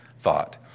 thought